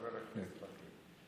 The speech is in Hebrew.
חבר הכנסת מקלב,